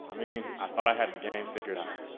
i mean i thought i had the game figured out.